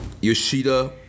Yoshida